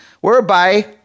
whereby